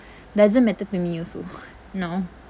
doesn't matter to me also now